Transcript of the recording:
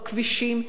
בכבישים,